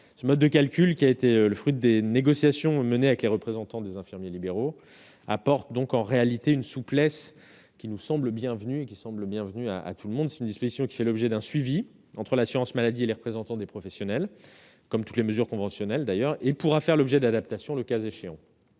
ce mode de calcul qui a été le fruit des négociations menées avec les représentants des infirmiers libéraux apportent donc en réalité une souplesse qui nous semble bienvenue et qui semble bienvenue à à tout le monde, c'est une disposition qui fait l'objet d'un suivi entre l'assurance maladie et les représentants des professionnels comme toutes les mesures conventionnelles d'ailleurs et pourra faire l'objet d'adaptation, le cas échéant